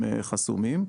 הם חסומים.